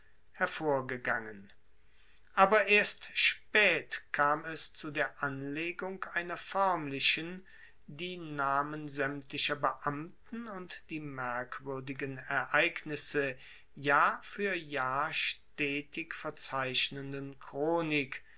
hervorgegangen aber erst spaet kam es zu der anlegung einer foermlichen die namen saemtlicher beamten und die merkwuerdigen ereignisse jahr fuer jahr stetig verzeichnenden chronik